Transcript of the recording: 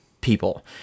people